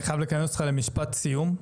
אני חייב לכנס אותך למשפט סיום.